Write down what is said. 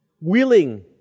willing